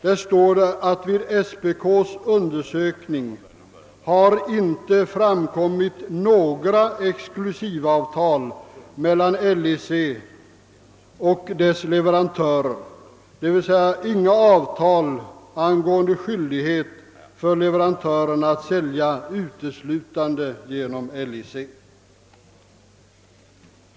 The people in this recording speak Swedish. Det heter där att det vid SPK:s undersökning inte har framkommit några uppgifter om exklusivavtal mellan LIC och dess leverantörer, d.v.s. inga avtal angående skyldighet för leverantörer att sälja uteslutande genom LIC.